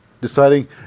deciding